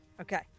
okay